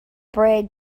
braid